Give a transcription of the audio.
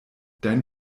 dein